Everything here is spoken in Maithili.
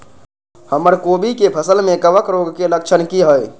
हमर कोबी के फसल में कवक रोग के लक्षण की हय?